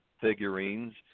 figurines